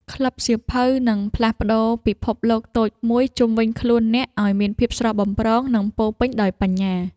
ក្លឹបសៀវភៅនឹងផ្លាស់ប្តូរពិភពលោកតូចមួយជុំវិញខ្លួនអ្នកឱ្យមានភាពស្រស់បំព្រង និងពោរពេញដោយបញ្ញា។